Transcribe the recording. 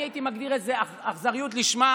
אני הייתי מגדיר את זה אכזריות לשמה,